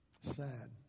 Sad